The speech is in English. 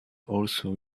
also